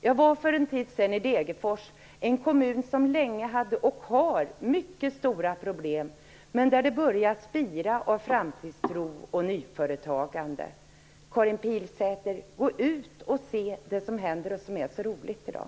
Jag var för en tid sedan i Degerfors, en kommun som länge hade och har mycket stora problem men där det börjar spira av framtidstro och nyföretagande. Gå ut, Karin Pilsäter, och se det som händer och som är så roligt i dag.